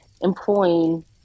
employing